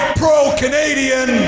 pro-Canadian